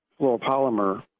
fluoropolymer